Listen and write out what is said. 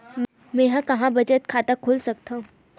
मेंहा कहां बचत खाता खोल सकथव?